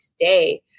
today